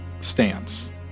stance